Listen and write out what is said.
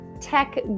tech